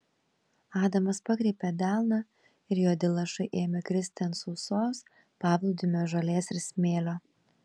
adamas pakreipė delną ir juodi lašai ėmė kristi ant sausos paplūdimio žolės ir smėlio